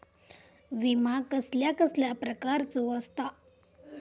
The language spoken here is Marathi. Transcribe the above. विमा कसल्या कसल्या प्रकारचो असता?